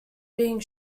being